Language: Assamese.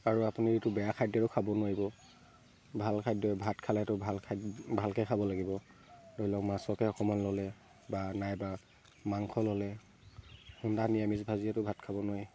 আৰু আপুনি এইটো বেয়া খাদ্যটো খাব নোৱাৰিব ভাল খাদ্য ভাত খালেটো ভাল খাদ্য ভালকৈ খাব লাগিব ধৰি লওক মাছকে অকণমান ল'লে বা নাইবা মাংস ল'লে সুন্দা নিৰামিষ ভাজিয়েতো ভাত খাব নোৱাৰি